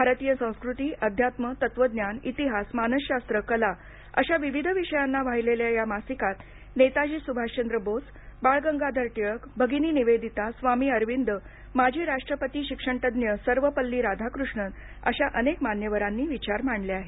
भारतीय संस्कृती अध्यात्म तत्वज्ञान इतिहास मानसशास्त्र कला अश्या विविध विषयांना वाहिलेल्या या मासिकांत नेताजी सुभाषचंद्र बोस बाळ गंगाधर टिळक भगिनी निवेदिता स्वामी अरविंद माजी राष्ट्रपती शिक्षणतज्ञ सर्वपल्ली राधाकृष्णन अश्या अनेक मान्यवरांनी विचार मांडले आहेत